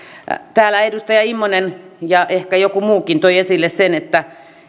täällä edustaja immonen ja ehkä joku muukin toi esille sen että